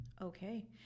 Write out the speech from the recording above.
Okay